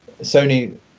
Sony